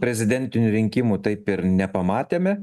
prezidentinių rinkimų taip ir nepamatėme